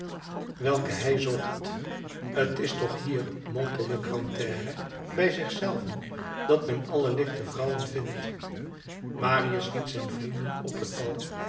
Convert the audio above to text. welke hij zocht t is toch hier mompelde grantaire bij zich zelven dat men alle lichte vrouwen vindt marius liet zijn vrienden op het bal